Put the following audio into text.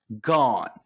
gone